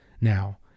Now